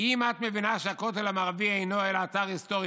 אם את מבינה שהכותל המערבי אינו אלא אתר היסטורי,